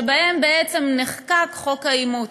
שבהן בעצם נחקק חוק האימוץ,